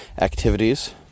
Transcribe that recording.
activities